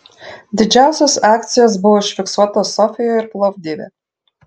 didžiausios akcijos buvo užfiksuotos sofijoje ir plovdive